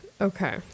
Okay